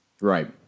Right